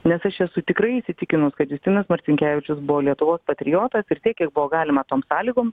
nes aš esu tikrai įsitikinus kad justinas marcinkevičius buvo lietuvos patriotas ir tiek kiek buvo galima tom sąlygom